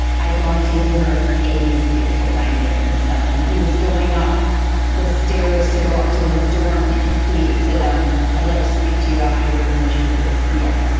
i'd gone to dinner, ate in this beautiful dining room and stuff, and he was going up the stairs to go up to his dorm, and he said, um i'd like to speak to you after you're finished with your meal.